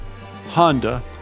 Honda